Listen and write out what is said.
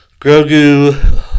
Grogu